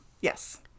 yes